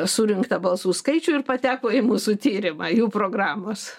surinktą balsų skaičių ir pateko į mūsų tyrimą jų programos